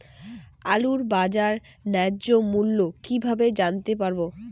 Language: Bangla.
আলুর বাজার ন্যায্য মূল্য কিভাবে জানতে পারবো?